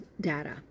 data